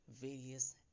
various